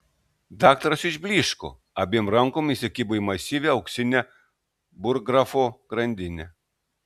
daktaras išblyško abiem rankom įsikibo į masyvią auksinę burggrafo grandinę